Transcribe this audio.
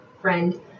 friend